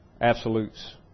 absolutes